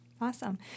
Awesome